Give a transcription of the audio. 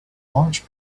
launch